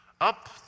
up